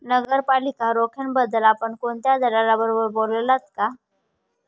नगरपालिका रोख्यांबद्दल आपण कोणत्या दलालाबरोबर बोललात का?